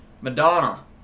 Madonna